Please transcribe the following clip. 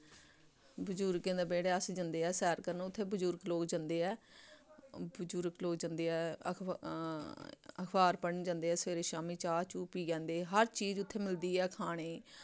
बजुर्गें दे बेह्ड़े अस जंदे ऐ सैर करन उत्थै बजुर्ग लोक जंदे ऐ बजुर्ग लोक जंदे ऐ अखब अखबार पढ़न जंदे ऐ सबेरे शामी चाह् चूह् पी औंदे हर चीज उत्थै मिलदी ऐ खाने गी